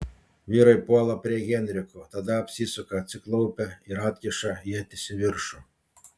vyrai puola prie henriko tada apsisuka atsiklaupia ir atkiša ietis į viršų